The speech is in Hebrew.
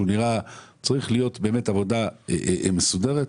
צריכה להיות עבודה מסודרת,